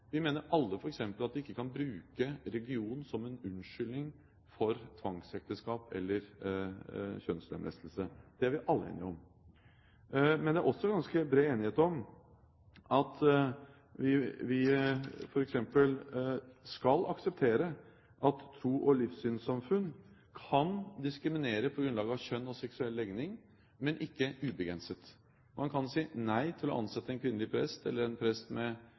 Vi mener f.eks. alle at vi ikke kan bruke religionen som en unnskyldning for tvangsekteskap eller kjønnslemlestelse. Det er vi alle enige om. Det er også ganske bred enighet om at vi f.eks. skal akseptere at tros- og livssynssamfunn kan diskriminere på grunnlag av kjønn og seksuell legning, men ikke ubegrenset. Man kan si nei til å ansette en kvinnelig prest eller en prest med